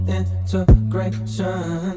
integration